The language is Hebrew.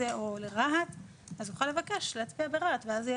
או לרהט אז יוכל לבקש להצביע ברהט ואז יהיה